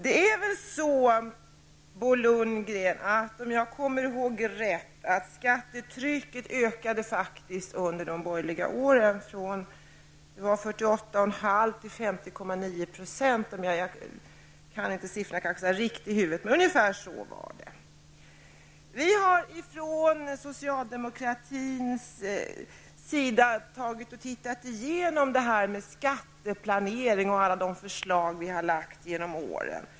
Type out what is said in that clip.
Det är väl så, Bo Lundgren, att skattetrycket ökade under de borgerliga åren från 48,5 till 50,9 %, om jag kommer ihåg rätt. Jag kan inte siffrorna riktigt i huvudet, men det var ungefär så. Vi i socialdemokraterna har tittat igenom detta med skatteplanering och alla de förslag vi har lagt genom åren.